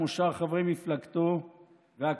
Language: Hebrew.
כמו שאר חברי מפלגתו והקואליציה,